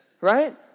Right